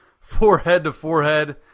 forehead-to-forehead